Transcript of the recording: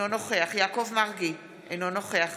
אינו נוכח יעקב מרגי, אינו נוכח